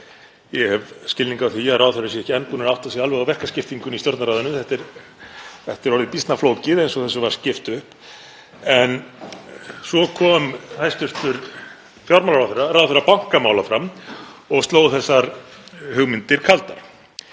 Ég hef skilning á því að ráðherrar séu ekki enn búnir að átta sig alveg á verkaskiptingunni í Stjórnarráðinu. Þetta er orðið býsna flókið eins og þessu var skipt upp. En svo kom hæstv. fjármálaráðherra, ráðherra bankamála, fram og sló þessar hugmyndir kaldar.